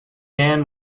man